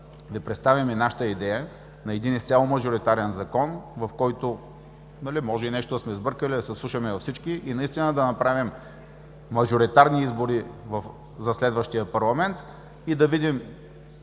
Ви представим нашата идея на един изцяло мажоритарен закон, в който – може и нещо да сме сбъркали, да се вслушаме във всички и да направим мажоритарни избори за следващия парламент. Да видим